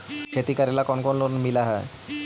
खेती करेला कौन कौन लोन मिल हइ?